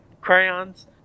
Crayons